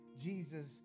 Jesus